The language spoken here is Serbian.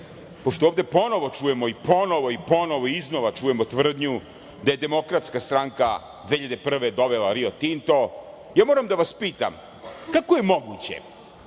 pošto ovde ponovo čujemo i ponovi i ponovo i iznova čujemo tvrdnju da je DS 2011. godine dovela Rio Tinto, moram da vas pitam, kako je moguće